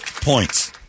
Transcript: points